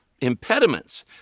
impediments